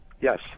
Yes